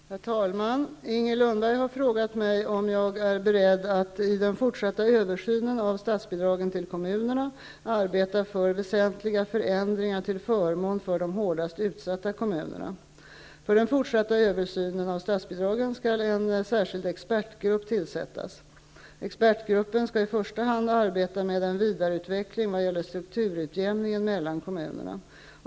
Herr talman! Inger Lundberg har frågat mig om jag är beredd att i den fortsatta översynen av statsbidragen till kommunerna arbeta för väsentliga förändringar till förmån för de hårdast utsatta kommunerna. För den fortsatta översynen av statsbidragen skall en särskild expertgrupp tillsättas. Expertgruppen skall i första hand arbeta med en vidareutveckling vad gäller strukturutjämningen mellan kommunerna.